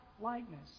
likeness